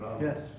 Yes